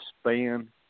span